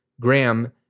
Graham